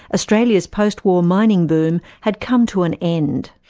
australia's post-war mining boom had come to an end.